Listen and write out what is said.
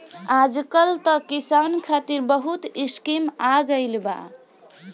आजकल त किसान खतिर बहुत स्कीम आ गइल बा